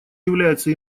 является